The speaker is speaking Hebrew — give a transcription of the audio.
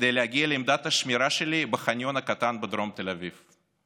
כדי להגיע לעמדת השמירה שלי בחניון הקטן בדרום תל אביב.